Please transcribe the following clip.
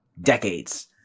decades